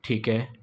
ਠੀਕ ਹੈ